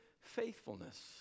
faithfulness